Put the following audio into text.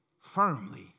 firmly